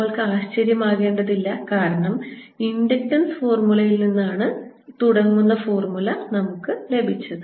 നമ്മൾക്ക് ആശ്ചര്യം ആകേണ്ടതില്ല കാരണം ഇൻഡക്ടൻസ് ഫോർമുലയിൽ നിന്ന് തുടങ്ങുന്ന ഫോർമുലയാണ് നമുക്ക് ലഭിച്ചത്